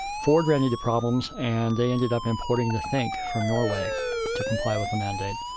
ford ran into problems and they ended up importing the think from norway to comply with the mandate.